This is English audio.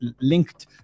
linked